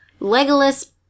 Legolas